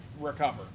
recover